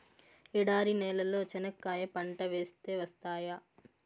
ఎడారి నేలలో చెనక్కాయ పంట వేస్తే వస్తాయా?